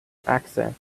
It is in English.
accent